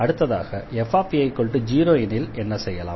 அடுத்ததாக fa0 எனில் என்ன செய்யலாம்